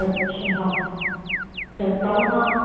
अछा हा त तव्हांखां